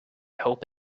hope